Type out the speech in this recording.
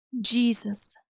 Jesus